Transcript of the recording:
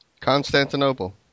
constantinople